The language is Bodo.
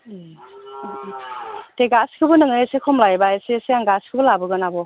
ए दे गासिखौबो नोङो एसे खम लायोबा एसे एसे आं गासिखौबो लाबोगोन आब'